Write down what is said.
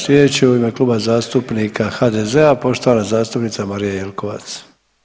Slijedeća u ime Kluba zastupnika HDZ-a poštovana zastupnica Marija Jelkovac.